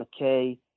McKay